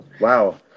Wow